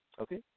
Okay